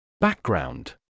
Background